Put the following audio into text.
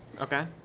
Okay